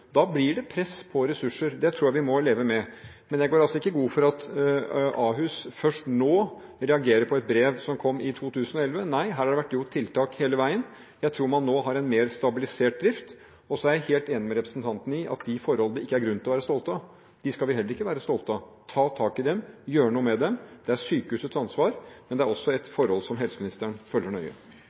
Da blir det press på ressurser. Det tror jeg vi må leve med. Men jeg går ikke god for at Ahus først nå reagerer på et brev som kom i 2011. Nei, her har det vært gjort tiltak hele veien. Jeg tror man nå har en mer stabilisert drift. Jeg er helt enig med representanten i at de forholdene vi ikke har grunn til å være stolte av, skal vi heller ikke være stolte av. Vi skal ta tak i dem, gjøre noe med dem. Det er sykehusets ansvar, men det er også noe som helseministeren følger nøye.